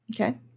Okay